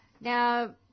Now